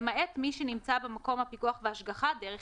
למעט מי שנמצא במקום הפיקוח וההשגחה דרך